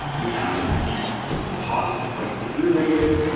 you have to be positive. like, if you're negative,